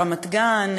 רמת-גן,